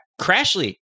Crashly